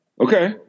Okay